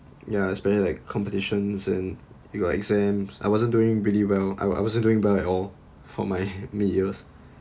yeah especially like competitions and you got exams I wasn't doing really well I wasn't doing by all for my meals